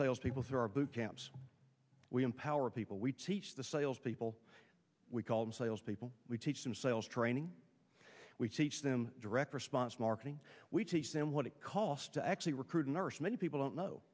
salespeople through our boot camps we empower people we teach the salespeople we call them salespeople we teach them sales training we teach them direct response marketing we teach them what it costs to actually recruiting nurse many people don't know